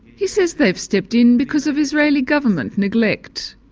he says they've stepped in because of israeli government neglect.